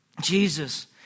Jesus